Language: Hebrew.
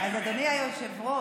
אז אדוני היושב-ראש,